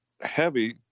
heavy